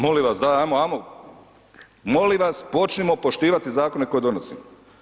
Molim vas daj ajmo, molim vas počnimo poštivati zakone koje donosimo.